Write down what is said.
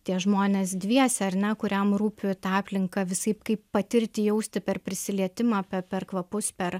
tie žmonės dviese ar ne kuriem rūpi tą aplinką visaip kaip patirti jausti per prisilietimą pe per kvapus per